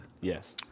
Yes